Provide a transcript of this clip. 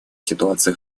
ситуации